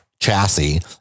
chassis